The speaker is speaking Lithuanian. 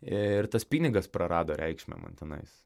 ir tas pinigas prarado reikšmę man tenais